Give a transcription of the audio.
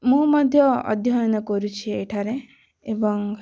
ମୁଁ ମଧ୍ୟ ଅଧ୍ୟୟନ କରୁଛି ଏଠାରେ ଏବଂ